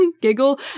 giggle